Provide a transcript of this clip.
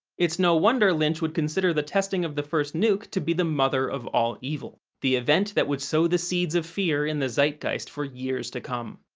it's no wonder lynch would consider the testing of the first nuke to be the mother of all evil, the event that would sow the seeds of fear in the zeitgeist for years to come.